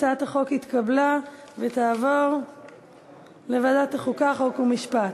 הצעת החוק התקבלה ותעבור לוועדת החוקה, חוק ומשפט.